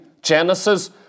Genesis